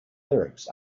lyrics